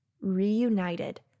Reunited